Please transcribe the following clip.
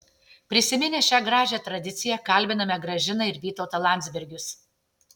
prisiminę šią gražią tradiciją kalbiname gražiną ir vytautą landsbergius